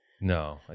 No